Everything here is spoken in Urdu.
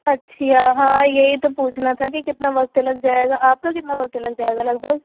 اچھی ہاں یہی تو پوچھنا تھا کہ کتنا وقت لگ جائے گا آپ کا کتنا وقت لگ جائے گا لگ بھگ